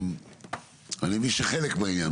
אני מבין שחלק מהעניין,